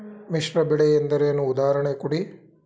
ಮಿಶ್ರ ಬೆಳೆ ಎಂದರೇನು, ಉದಾಹರಣೆ ಕೊಡಿ?